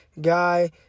guy